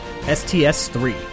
STS-3